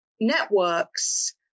Networks